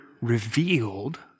revealed